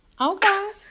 Okay